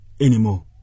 anymore